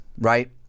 right